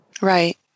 right